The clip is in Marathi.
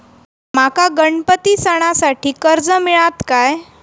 माका गणपती सणासाठी कर्ज मिळत काय?